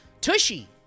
Tushy